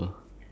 ya